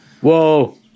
Whoa